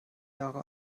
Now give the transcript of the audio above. jahre